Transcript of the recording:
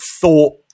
thought